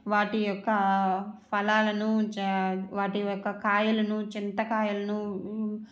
వాటి యొక్క ఫలాలను వాటి యొక్క కాయలను చింతకాయలను